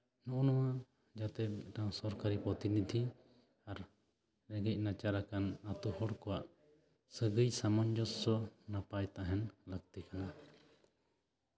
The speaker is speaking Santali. ᱱᱚᱜᱼᱚᱭ ᱱᱚᱣᱟ ᱡᱟᱛᱮ ᱢᱤᱫᱴᱟᱱ ᱥᱚᱨᱠᱟᱨᱤ ᱯᱨᱚᱛᱤ ᱱᱤᱫᱷᱤ ᱟᱨ ᱨᱮᱸᱜᱮᱡ ᱱᱟᱪᱟᱨ ᱟᱠᱟᱱ ᱟᱛᱳ ᱦᱚᱲ ᱠᱚᱣᱟᱜ ᱥᱟᱹᱜᱟᱹᱭ ᱥᱟᱢᱚᱡᱚᱥᱥᱚ ᱱᱟᱯᱟᱭ ᱛᱟᱦᱮᱱ ᱞᱟᱹᱠᱛᱤ ᱠᱟᱱᱟ